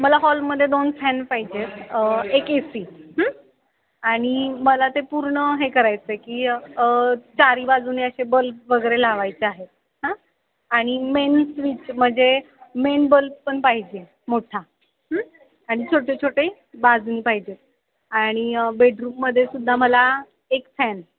मला हॉलमध्ये दोन फॅन पाहिजे आहेत एक ए सी आणि मला ते पूर्ण हे करायचंय की चारी बाजूनी असे बल्ब वगैरे लावायचे आहेत हं आणि मेन स्विच म्हणजे मेन बल्ब पण पाहिजे मोठा आणि छोटे छोटे बाजून पाहिजेत आणि बेडरूममदेसुद्धा मला एक फॅन